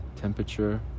Temperature